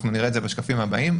אנחנו נראה את זה בשקפים הבאים.